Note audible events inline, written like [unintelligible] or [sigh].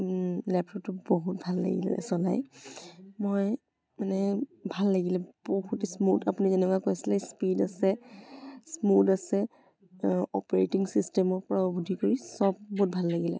লেপটপটো বহুত ভাল লাগিলে চলাই মই মানে ভাল লাগিলে বহুত স্মুথ আপুনি যেনেকুৱা কৈছিলে স্পীড আছে স্মুথ আছে অপাৰেটিং চিষ্টেমো পুৰা [unintelligible] ভাল লাগিলে